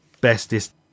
bestest